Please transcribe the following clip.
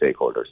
stakeholders